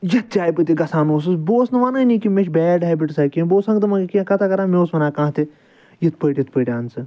یتھ جایہِ بہٕ تہِ گَژھان اوسُس بہٕ اوسُس نہٕ وَنٲنے کہ مےٚ چھُ بیڈ ہیبِٹس یا کینٛہہ بہٕ اوسُس ہَنٛگ تہٕ مَنٛگے کینٛہہ کَتھَ کَران مےٚ اوس وَنان کانٛہہ تہِ یِتھ پٲٹھۍ یِتھ پٲٹھۍ اَن ژٕ